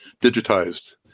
digitized